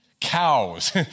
Cows